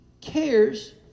cares